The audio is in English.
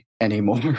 anymore